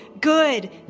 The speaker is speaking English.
good